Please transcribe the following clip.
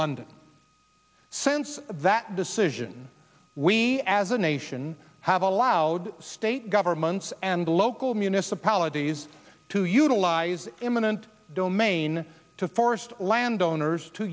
london sense that decision we as a nation have allowed state governments and local municipalities to utilize eminent domain to forest landowners to